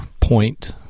point